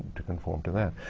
to conform to that.